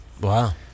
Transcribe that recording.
Wow